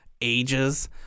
ages